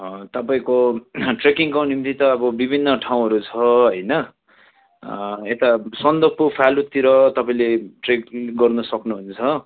तपाईँको ट्रेकिङको निम्ति त अब विभिन्न ठाउँहरू छ होइन यता सन्दकपुर फालुटतिर तपाईँले ट्रेकिङ गर्न सक्नु हुन्छ